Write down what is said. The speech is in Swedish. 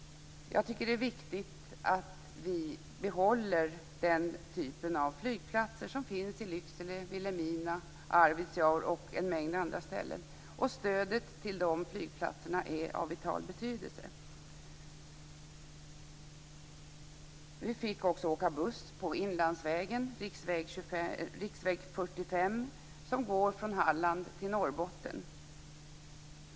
Jag tycker att det är viktigt att vi behåller den typ av flygplatser som finns i Lycksele, Vilhelmina, Arvidsjaur och på en mängd andra platser. Stödet till dessa flygplatser är av vital betydelse. 45, som går från Halland till Norrbotten.